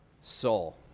soul